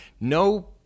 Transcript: no